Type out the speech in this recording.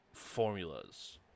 formulas